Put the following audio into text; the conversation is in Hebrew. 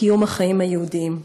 קיום החיים היהודיים.